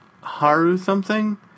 Haru-something